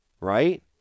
right